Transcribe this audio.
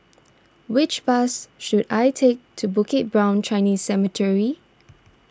which bus should I take to Bukit Brown Chinese Cemetery